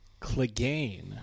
Clegane